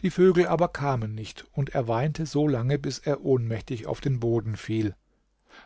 die vögel aber kamen nicht und er weinte solange bis er ohnmächtig auf den boden fiel